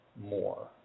more